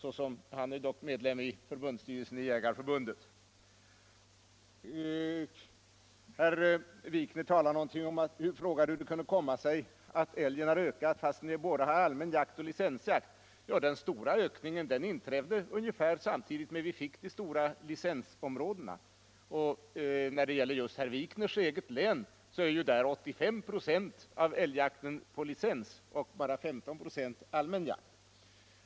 Han är dock medlem i förbundsstyrelsen i Jägareförbundet. Herr Wikner frågade hur det kunde komma sig att älgbeståndet ökat fast vi har både allmän jakt och licensjakt. Den stora ökningen inträdde ungefär samtidigt som vi fick de stora licensområdena. Och när det gäller just herr Wikners eget län sker 85 96 av älgjakten på licens och bara 15 96 är allmän jakt.